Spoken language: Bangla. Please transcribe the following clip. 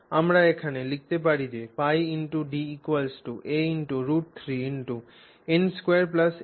আমরা এখানে লিখতে পারি যে πD a×√3n2m2nm